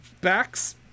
backs